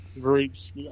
groups